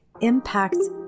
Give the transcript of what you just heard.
impacts